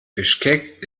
bischkek